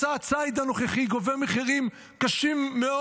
מסע הציד הנוכחי גובה מחירים קשים מאוד,